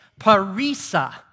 parisa